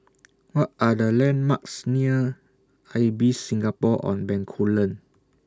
What Are The landmarks near Ibis Singapore on Bencoolen